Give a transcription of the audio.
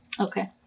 okay